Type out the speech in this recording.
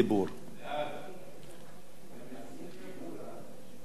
סעיפים 1 19 נתקבלו.